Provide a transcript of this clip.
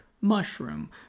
mushroom